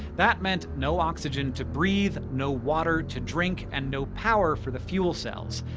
that meant no oxygen to breathe, no water to drink, and no power for the fuel cells.